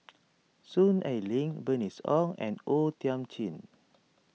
Soon Ai Ling Bernice Ong and O Thiam Chin